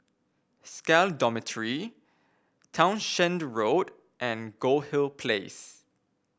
SCAL Dormitory Townshend Road and Goldhill Place